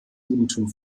judentum